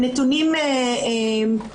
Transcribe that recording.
הם נתונים מדויקים.